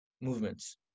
Movements